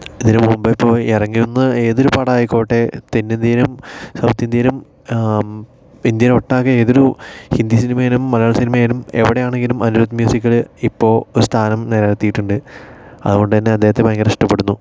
ഇതിന് മുൻപ്പ് ഇപ്പോൾ ഇറങ്ങുന്ന ഏതൊരു പട്ടായിക്കോട്ടെ തെന്നിന്ത്യയിലും സൗത്ത് ഇന്ത്യയിലും ഇന്ത്യ ഒട്ടാകെ ഏതൊരു ഹിന്ദി സിനിമയിലും മലയാളം സിനിമയിലും എവിടെ ആണെങ്കിലും അനിരുദ്ധ് മ്യൂസിക്കൽ ഇപ്പോൾ സ്ഥാനം നിലനിർത്തിയിട്ടുണ്ട് അതുകൊണ്ടുതന്നെ അദ്ദേഹത്തെ ഭയങ്കര ഇഷ്ടപ്പെടുന്നു